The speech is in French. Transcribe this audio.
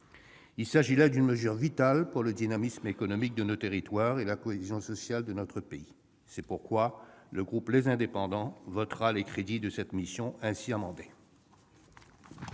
C'est une mesure vitale pour le dynamisme économique de nos territoires et pour la cohésion sociale de notre pays. Le groupe Les Indépendants votera les crédits de cette mission ainsi amendés.